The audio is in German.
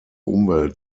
umwelt